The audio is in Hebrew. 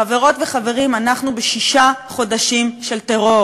חברות וחברים, אנחנו בשישה חודשים של טרור,